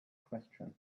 question